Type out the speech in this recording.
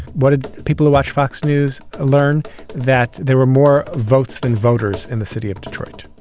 what did people who watch fox news learn that there were more votes than voters in the city of detroit?